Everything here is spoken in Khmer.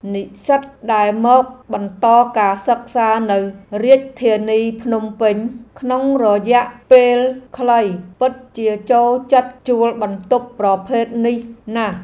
និស្សិតដែលមកបន្តការសិក្សានៅរាជធានីភ្នំពេញក្នុងរយៈពេលខ្លីពិតជាចូលចិត្តជួលបន្ទប់ប្រភេទនេះណាស់។